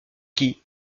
qui